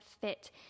fit